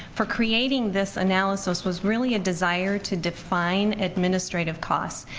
for creating this analysis was really a desire to define administrative costs.